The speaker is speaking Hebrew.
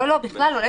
לא, בכלל לא.